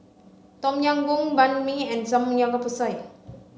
Tom Yam Goong Banh Mi and Samgeyopsal